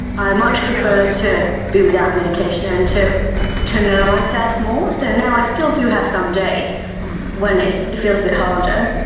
i much prefer to be without medication and to to know myself more. so now i still do have some days when it it feels a bit harder,